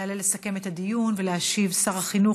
יעלה לסכם את הדיון ולהשיב שר החינוך,